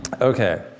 Okay